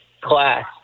class